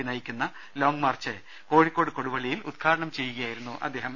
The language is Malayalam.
പി നയിക്കുന്ന ലോങ് മാർച്ച് കോഴിക്കോട് കൊടുവള്ളയിൽ ഉദ്ഘാടനം ചെയ്യുകയായിരുന്നു അദ്ദേഹം